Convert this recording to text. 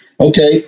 Okay